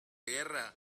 guerra